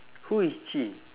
who is chee